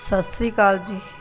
ਸਤਿ ਸ਼੍ਰੀ ਅਕਾਲ ਜੀ